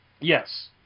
Yes